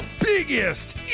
biggest